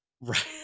Right